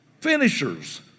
finishers